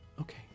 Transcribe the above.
Okay